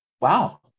Wow